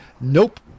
nope